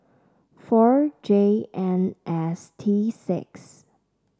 four J N S T six